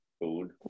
food